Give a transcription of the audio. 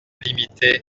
limité